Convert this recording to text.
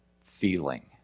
feeling